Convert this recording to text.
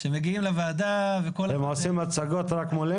כשמגיעים לוועדה -- הם עושים הצגות רק מולנו?